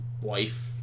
wife